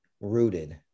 rooted